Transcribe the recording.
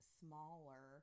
smaller